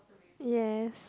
yes